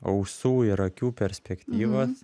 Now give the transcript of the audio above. ausų ir akių perspektyvos